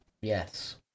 Yes